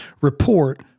report